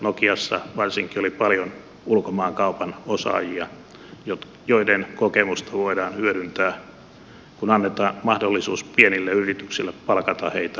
nokiassa varsinkin oli paljon ulkomaankaupan osaajia joiden kokemusta voidaan hyödyntää kun annetaan mahdollisuus pienille yrityksille palkata heitä projekteihinsa